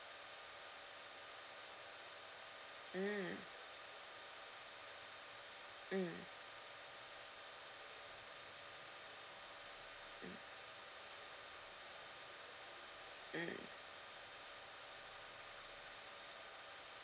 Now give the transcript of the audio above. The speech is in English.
mm mm mm mm